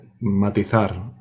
matizar